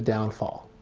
downfall.